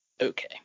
okay